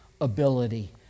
ability